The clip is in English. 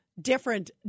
different